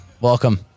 welcome